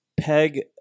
peg